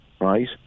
right